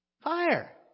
Fire